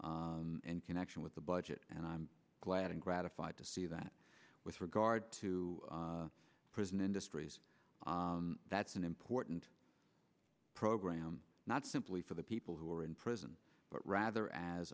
t in connection with the budget and i'm glad i'm gratified to see that with regard to prison industries that's an important program not simply for the people who are in prison but rather as